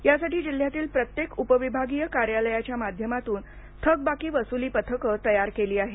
यासाठी जिल्ह्यातील प्रत्येक उपविभागीय कार्यालयाच्या माध्यमातून थकबाकी वसुली पथकं तयार केली आहेत